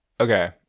Okay